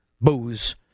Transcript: booze